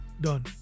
Done